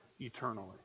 eternally